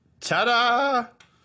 Ta-da